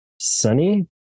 sunny